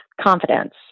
confidence